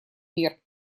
мер